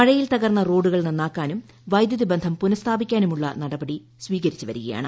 മഴയിൽ തകർന്ന റോഡുകൾ നന്നാക്കാനും വൈദ്യുതിബന്ധം പുനസ്ഥാപിക്കാനുമുള്ള നടപടി സ്വീകരിച്ചുവരികയാണ്